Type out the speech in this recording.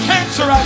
Cancer